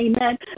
amen